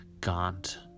gaunt